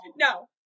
No